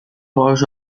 پارچ